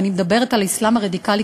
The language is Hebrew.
ואני מדברת על האסלאם הרדיקלי,